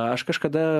aš kažkada